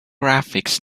graphics